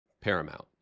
paramount